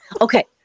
Okay